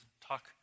talk